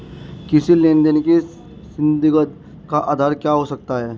किसी लेन देन का संदिग्ध का आधार क्या हो सकता है?